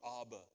Abba